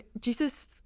Jesus